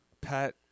Pat